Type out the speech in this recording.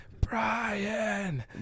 Brian